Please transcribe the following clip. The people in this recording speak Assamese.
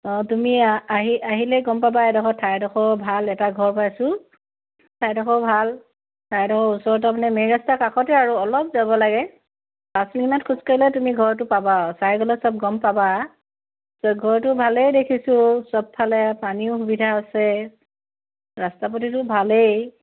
অঁ তুমি আহি আহিলেই গম পাবা এডোখৰ ঠাইডোখৰ ভাল এটা ঘৰ পাইছোঁ ঠাইডোখৰ ভাল ঠাইডোখৰ ওচৰতে মানে মেইন ৰাস্তাৰ কাষতে আৰু অলপ যাব লাগে পাঁছ মিনিটমান খোজকাঢ়িলে তুমি ঘৰটো পাবা আৰু চাই গ'লে সব গম পাবা চ' ঘৰটো ভালেই দেখিছোঁ সবফালে পানীৰো সুবিধা আছে ৰাস্তা পাতিটো ভালেই